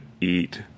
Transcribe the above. eat